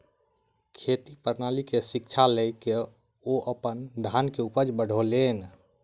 खेती प्रणाली के शिक्षा लय के ओ अपन धान के उपज बढ़ौलैन